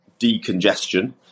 decongestion